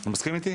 אתה מסכים איתי?